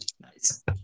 Nice